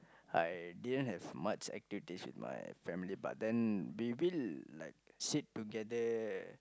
I didn't have much activities with my family but then we will like sit together